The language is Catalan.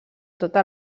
tota